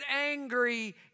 angry